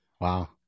Wow